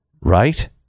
right